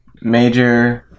major